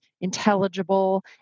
intelligible